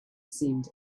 seemed